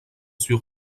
sur